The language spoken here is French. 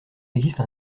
existe